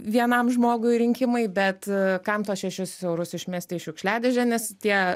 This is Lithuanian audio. vienam žmogui rinkimai bet kam tuos šešis eurus išmesti į šiukšliadėžę nes tie